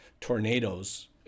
tornadoes